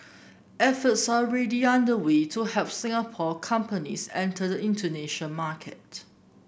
efforts are ready underway to help Singapore companies enter the Indonesian market